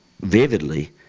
vividly